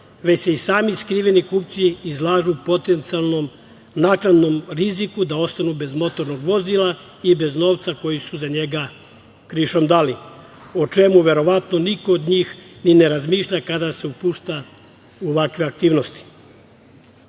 već se i sami skriveni kupci izlažu potencijalnom naknadnom riziku da ostanu bez motornog vozila i bez novca koji su za njega krišom dali, o čemu verovatno niko od njih ni ne razmišlja kada se upušta u ovakve aktivnosti. Izmenama